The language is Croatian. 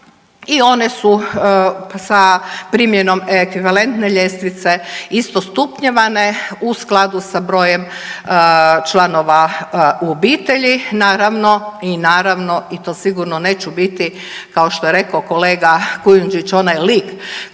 i one su sa primjenom ekvivalentne ljestvice isto stupnjevane u skladu sa brojem članova u obitelji. Naravno i naravno i to sigurno neću biti kao što je rekao kolega Kujundžić onaj lik koji će sada